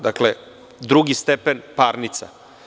Dakle, drugi stepen parnice.